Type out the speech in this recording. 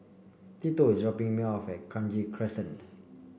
tito is dropping me off at Kranji Crescent